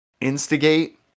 instigate